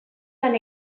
lan